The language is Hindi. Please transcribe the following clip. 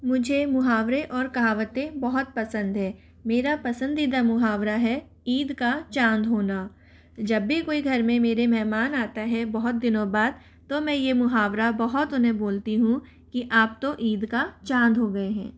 मुझे मुहावरे और कहावतें बहुत पसंद है मेरा पसंदीदा मुहावरा है ईद का चाँद होना जब भी कोई घर में मेरे मेहमान आता है बहुत दिनों बाद तो मैं ये मुहावरा बहुत उन्हें बोलती हूँ कि आप तो ईद का चाँद हो गए हैं